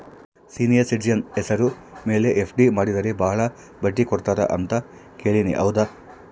Senior citizen ಹೆಸರ ಮೇಲೆ FD ಮಾಡಿದರೆ ಬಹಳ ಬಡ್ಡಿ ಕೊಡ್ತಾರೆ ಅಂತಾ ಕೇಳಿನಿ ಹೌದಾ?